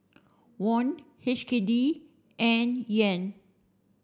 won H K D and Yen